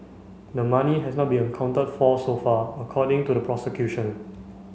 the money has not been accounted for so far according to the prosecution